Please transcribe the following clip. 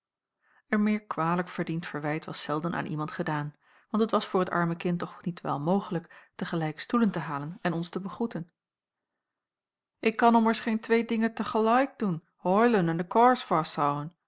een meer kwalijk verdiend verwijt was zelden aan iemand gedaan want het was voor het arme kind toch niet wel mogelijk te gelijk stoelen te halen en ons te begroeten ik khan ommers gheen thwee dhingen the ghelaik doen hoilen en de